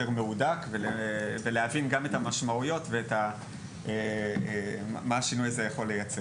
מהודק ולהבין גם את המשמעויות ומה השינוי הזה יכול לייצר.